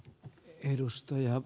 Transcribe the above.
hän edustaa jo